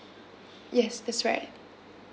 yes that's right